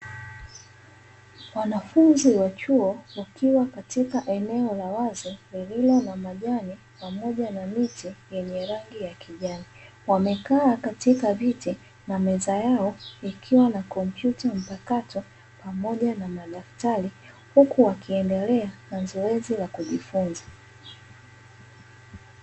Wanafunzi wa chuo wakiwa katika eneo la wazi lililo na majani pamoja na miti yenye rangi ya kijani, wamekaa katika viti na meza yao ikiwa na kompyuta mpakato pamoja na madaftari huku wakiendelea na zoezi la kujifunza.